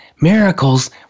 miracles